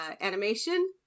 animation